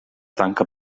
tanca